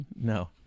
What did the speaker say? no